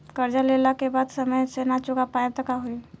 कर्जा लेला के बाद समय से ना चुका पाएम त का होई?